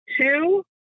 two